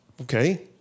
okay